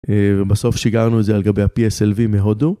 ובסוף שיגרנו את זה על גבי ה-PSLV מהודו.